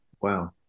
Wow